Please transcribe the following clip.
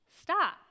Stop